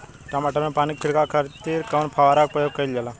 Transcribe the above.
टमाटर में पानी के छिड़काव खातिर कवने फव्वारा का प्रयोग कईल जाला?